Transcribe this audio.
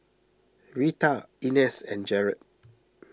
Rita Ines and Jarett